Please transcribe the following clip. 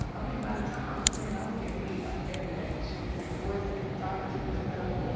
um i mean, by the time i was ten, and i was getting beat, like, every day. she was hearing voices, talking to herself,